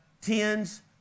tens